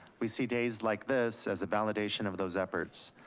we see days like this as a validation of those efforts.